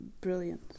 brilliant